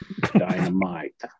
Dynamite